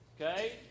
Okay